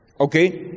Okay